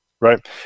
right